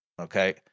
Okay